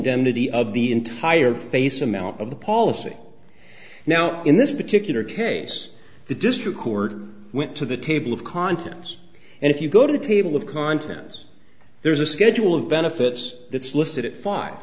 indemnity of the entire face amount of the policy now in this particular case the district court went to the table of contents and if you go to the table of contents there's a schedule of benefits that's listed at five